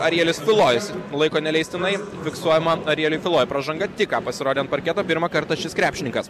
arielius tulojus laiko neleistinai fiksuojama arieliui tulojui pražanga tik ką pasirodė ant parketo pirmą kartą šis krepšininkas